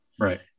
Right